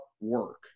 work